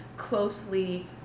closely